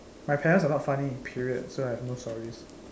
my parents are not funny period so I have no stories